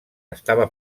estava